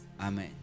Amen